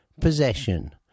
Possession